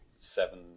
seven